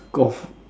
golf